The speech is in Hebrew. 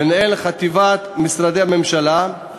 מנהל חטיבת משרדי הממשלה,